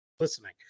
listening